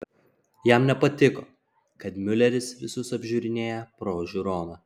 jam nepatiko kad miuleris visus apžiūrinėja pro žiūroną